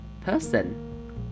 person